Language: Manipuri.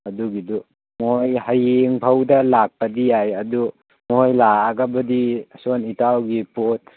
ꯑꯗꯨꯒꯤꯗꯨ ꯃꯣꯏ ꯍꯌꯦꯡꯐꯥꯎꯗ ꯂꯥꯛꯄꯗꯤ ꯌꯥꯏ ꯑꯗꯨ ꯃꯣꯏ ꯂꯥꯛꯑꯒꯕꯨꯗꯤ ꯁꯣꯝ ꯏꯇꯥꯎꯒꯤ ꯄꯣꯠ